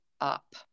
up